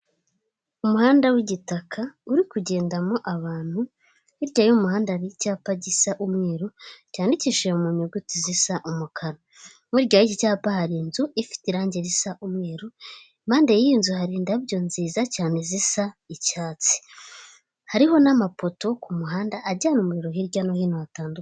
Umuhanda w'igitaka uri kugendamo abantu. Hirya y'umuhanda hari icyapa gisa umweru cyandikishije mu nyuguti zisa umukara. Burya yiki cyapa hari inzu ifite irangi risa umweru, impande y'inzu hari indabyo nziza cyane zisa icyatsi, hariho n'amapoto ku muhanda ajyana umuriro hirya no hino hatandukanye.